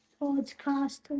podcast